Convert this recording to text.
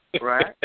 Right